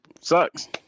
sucks